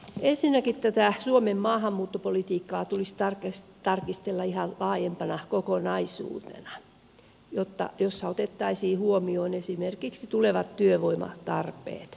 ensinnäkin tätä suomen maahanmuuttopolitiikkaa tulisi tarkistella ihan laajempana kokonaisuutena jossa otettaisiin huomioon esimerkiksi tulevat työvoimatarpeet